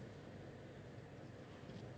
or go